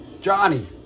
Johnny